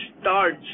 starts